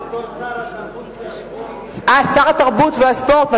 בתור שר התרבות והספורט.